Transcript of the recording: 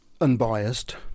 unbiased